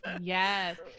Yes